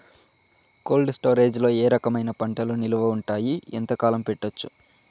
Cold storage లో ఏ రకమైన పంటలు నిలువ ఉంటాయి, ఎంతకాలం పెట్టొచ్చు?